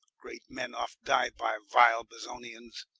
great men oft dye by vilde bezonions.